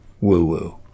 woo-woo